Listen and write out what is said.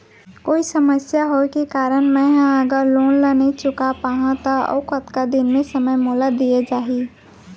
कोई समस्या होये के कारण मैं हा अगर लोन ला नही चुका पाहव त अऊ कतका दिन में समय मोल दीये जाही?